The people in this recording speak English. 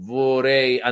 vorrei